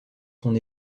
son